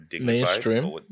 mainstream